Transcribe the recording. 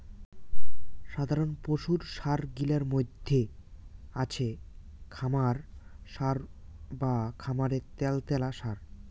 সাধারণ পশুর সার গিলার মইধ্যে আছে খামার সার বা খামারের ত্যালত্যালা সার